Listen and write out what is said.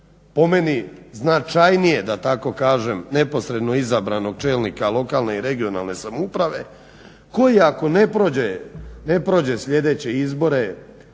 po meni značajnije da tako kažem neposredno izabranog čelnika lokalne i regionalne samouprave koji ako ne prođe sljedeće izbore